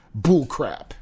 Bullcrap